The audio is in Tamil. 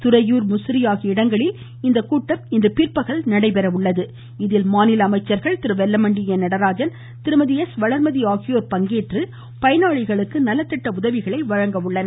துறையூர் முசிறி ஆகிய இடங்களில் இக்கூட்டம் பிற்பகல் நடைபெறும் இதில் மாநில அமைச்சர்கள் திரு வெல்லமண்டி என் நடராஜன் திருமதி எஸ் வளர்மதி ஆகியோர் பங்கேற்று பயனாளிகளுக்கு நலத்திட்ட உதவிகளை வழங்குகின்றனர்